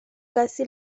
casi